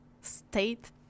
state